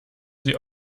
sie